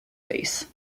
face